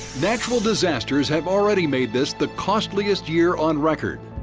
natural disasters have already made this the costliest year on record,